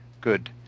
Good